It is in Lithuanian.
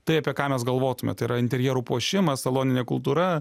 tai apie ką mes galvotume tai yra interjerų puošimas saloninė kultūra